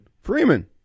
Freeman